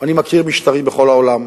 אני מכיר משטרים בכל העולם.